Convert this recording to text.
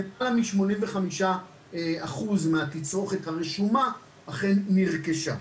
שלמעלה מ-85% מהתצרוכת הרשומה אכן נרכשה.